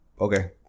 Okay